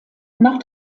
nach